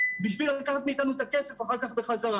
בשביל לקחת מאיתנו את הכסף אחר כך בחזרה.